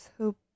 hope